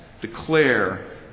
declare